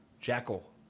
Jackal